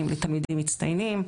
ואתם יודעים מה?